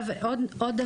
אני